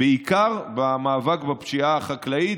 בעיקר במאבק בפשיעה החקלאית.